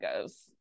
goes